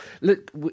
look